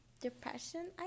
Depression